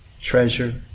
treasure